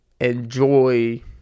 enjoy